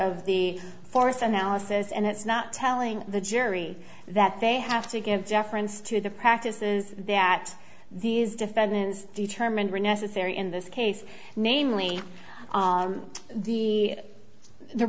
of the force analysis and it's not telling the jury that they have to give deference to the practices that these defendants determined were necessary in this case namely the the